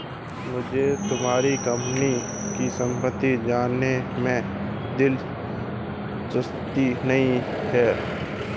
मुझे तुम्हारे कंपनी की सम्पत्ति जानने में दिलचस्पी नहीं है